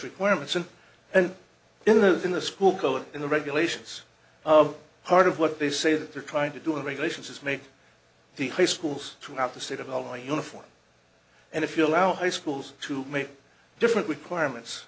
requirements in and then those in the school code in the regulations of part of what they say that they're trying to do and regulations is make the case schools throughout the state of iowa uniform and if you allow high schools to make different requirements